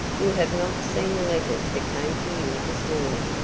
you have not seen the letters that came for you this morning.